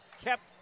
kept